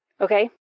Okay